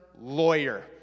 lawyer